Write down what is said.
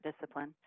discipline